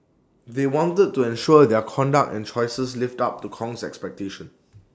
they wanted to ensure their conduct and choices lived up to Kong's expectations